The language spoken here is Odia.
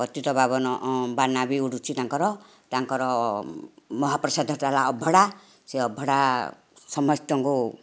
ପତିତପାବନ ବାନା ବି ଉଡ଼ୁଛି ତାଙ୍କର ତାଙ୍କର ମହାପ୍ରସାଦଟା ହେଲା ଅବଢ଼ା ସେ ଅବଢ଼ା ସମସ୍ତଙ୍କୁ